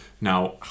Now